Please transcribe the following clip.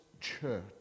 Church